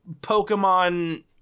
Pokemon